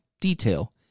detail